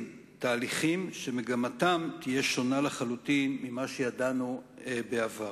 תהליכים שמגמתם תהיה שונה לחלוטין ממה שידענו בעבר.